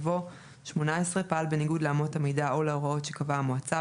יבוא: "(18) פעל בניגוד לאמות המידה או להוראות שקבעה המועצה,